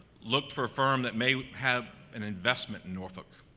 looked for a firm that may have an investment in norfolk,